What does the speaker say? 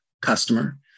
customer